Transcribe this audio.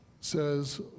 says